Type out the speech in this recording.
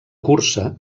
cursa